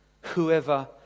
whoever